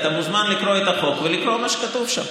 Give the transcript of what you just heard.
אתה מוזמן לקרוא את החוק ולקרוא מה שכתוב שם.